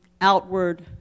outward